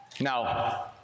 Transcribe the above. Now